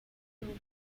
proved